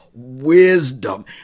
wisdom